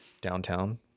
downtown